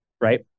right